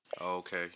Okay